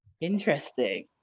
Interesting